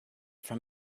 from